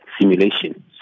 simulation